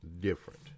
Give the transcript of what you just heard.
different